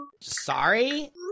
Sorry